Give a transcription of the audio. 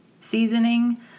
seasoning